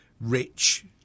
rich